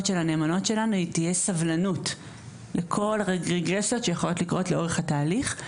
שלנאמנות שלנו תהיה סבלנות לכל הרגרסיות שעלולות לצוץ לכל אורך התהליך.